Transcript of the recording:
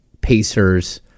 Pacers